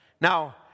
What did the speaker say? Now